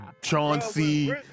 Chauncey